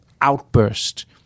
outburst